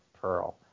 Pearl